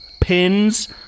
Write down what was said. pins